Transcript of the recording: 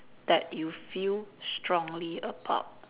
that you feel strongly about